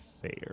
fair